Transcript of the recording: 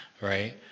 right